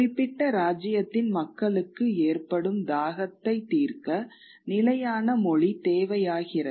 குறிப்பிட்ட ராஜ்யத்தின் மக்களுக்கு ஏற்படும் தாகத்தை தீர்க்க நிலையான மொழி தேவையாகிறது